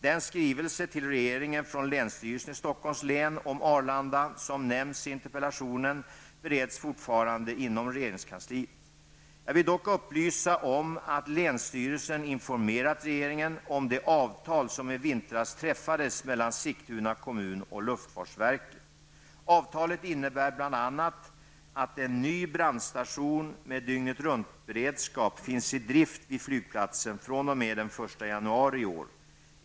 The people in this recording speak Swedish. Den skrivelse till regeringen från länsstyrelsen i Stockholms län om Arlanda, som nämns i interpellationen, bereds fortfarande inom regeringskansliet. Jag vill dock upplysa om att länsstyrelsen informerat regeringen om det avtal som i vintras träffades mellan Sigtuna kommun och luftfartsverket. Avtalet innebär bl.a. att en ny brandstation med dygnetruntberedskap finns i drift vid flygplatsen fr.o.m. den 1 januari i år.